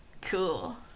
cool